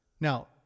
Now